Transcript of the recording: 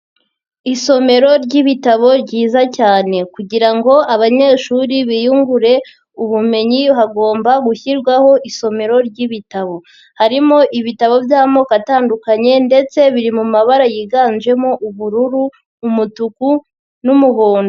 Isomero ry'ibitabo ryiza cyane kugir ango abanyeshuri biyungure ubumenyi hagomba gushyirwaho isomero ry'ibitabo, harimo ibitabo by'amoko atandukanye ndetse biri mu mabara yiganjemo ubururu, umutuku n'umuhondo.